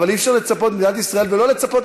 אבל אי-אפשר לצפות ממדינת ישראל ולא לצפות,